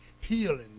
healing